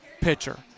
pitcher